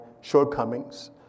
shortcomings